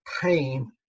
pain